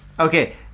Okay